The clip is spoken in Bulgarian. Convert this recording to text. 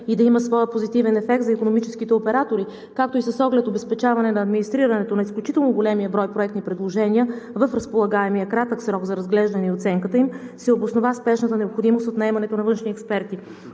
и да има своя позитивен ефект за икономическите оператори, както и с оглед обезпечаване на администрирането на изключително големия брой проектни предложения в разполагаемия кратък срок за разглеждане и оценката им, се обоснова спешната необходимост от наемането на външни експерти.